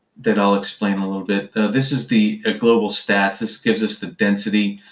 that i'll explain a little bit. this is the ah global stats. this gives us the density.